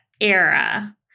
era